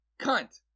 Cunt